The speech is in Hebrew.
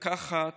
לקחת,